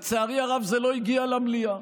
לצערי הרב, זה לא הגיע למליאה.